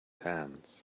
hands